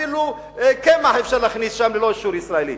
אפילו קמח אי-אפשר להכניס שם ללא אישור ישראלי.